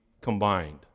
combined